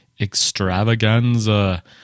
extravaganza